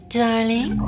darling